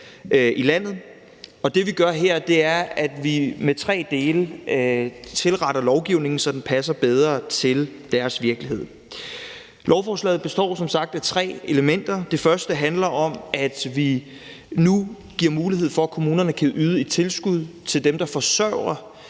i landet i dag. Og det, vi gør her, er, at vi med tre dele tilretter lovgivningen, så den passer bedre til deres virkelighed. Lovforslaget består som sagt af tre elementer. Det første handler om, at vi nu giver mulighed for, at kommunerne kan yde et tilskud til dem, der forsørger